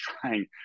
trying